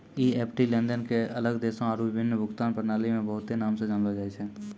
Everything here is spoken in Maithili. ई.एफ.टी लेनदेन के अलग देशो आरु विभिन्न भुगतान प्रणाली मे बहुते नाम से जानलो जाय छै